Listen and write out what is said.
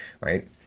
right